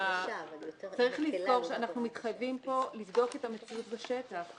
צריך לזכור שאנחנו מתחייבים כאן לבדוק את המציאות בשטח.